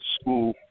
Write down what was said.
school